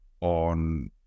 on